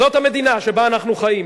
זאת המדינה שבה אנחנו חיים,